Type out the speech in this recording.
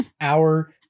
our-